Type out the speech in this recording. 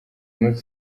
munsi